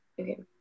Okay